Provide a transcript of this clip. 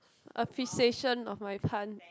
appreciation of my pun